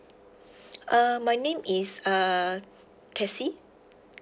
uh my name is uh casey